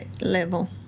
level